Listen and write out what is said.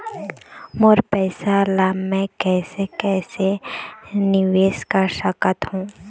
मोर पैसा ला मैं कैसे कैसे निवेश कर सकत हो?